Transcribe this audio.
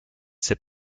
sais